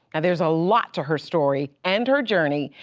and there's a lot to her story and her journey.